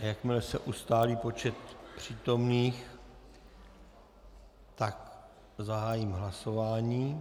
Jakmile se ustálí počet přítomných, zahájím hlasování...